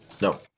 No